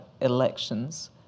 elections